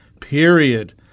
period